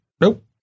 nope